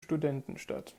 studentenstadt